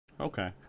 Okay